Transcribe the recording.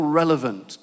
relevant